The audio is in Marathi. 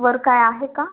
वर काय आहे का